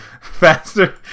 Faster